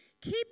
Keep